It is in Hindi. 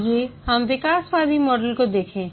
आइए हम विकासवादी मॉडल को देखें